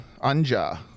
Anja